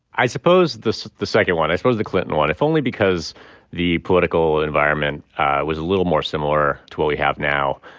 i suppose the second one. i suppose the clinton one, if only because the political environment was a little more similar to what we have now.